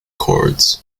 chords